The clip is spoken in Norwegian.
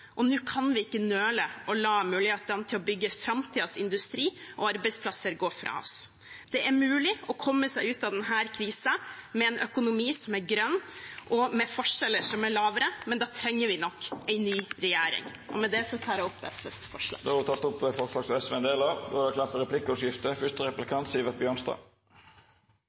Og nå kan vi ikke nøle å la mulighetene for å lage framtidens industri og arbeidsplasser gå fra oss. Det er mulig å komme seg ut av denne krisen med en økonomi som er grønn og med forskjeller som er lavere, men da trenger vi nok en ny regjering. – Med dette tar jeg opp SVs forslag. Då har representanten Kaski teke opp dei forslaga ho viste til. Det vert replikkordskifte. Mens mange av